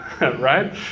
right